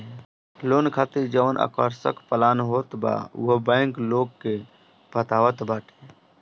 loan खातिर जवन आकर्षक प्लान होत बा उहो बैंक लोग के बतावत बाटे